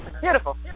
beautiful